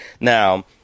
now